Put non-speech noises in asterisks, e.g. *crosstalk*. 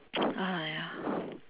(uh huh) ya *breath*